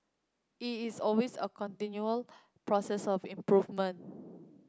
it is always a continual process of improvement